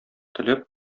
теләп